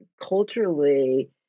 culturally